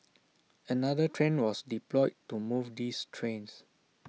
another train was deployed to move these trains